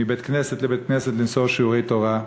מבית-כנסת לבית-כנסת למסור שיעורי תורה.